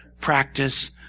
practice